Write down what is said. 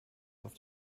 auf